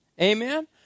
Amen